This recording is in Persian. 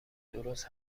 درست